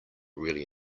really